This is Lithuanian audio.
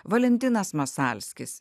valentinas masalskis